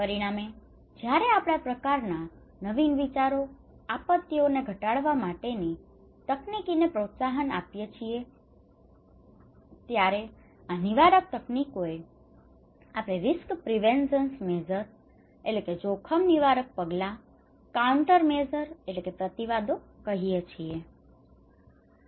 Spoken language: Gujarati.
પરિણામે જ્યારે આપણે આ પ્રકારના નવીન વિચારો આપત્તિઓને ઘટાડવા માટેની તકનીકીઓને પ્રોત્સાહન આપીએ છીએ ત્યારે આ નિવારક તકનીકોને આપણે risk prevention measure risk preventive measures જોખમ નિવારક પગલાં કાઉન્ટરમેઝર countermeasures પ્રતિવાદો કહીએ છીએ